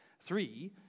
three